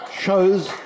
Shows